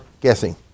guessing